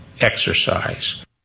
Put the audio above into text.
exercise